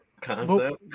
concept